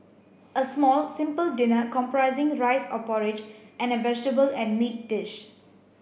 a small simple dinner comprising rice or porridge and a vegetable and meat dish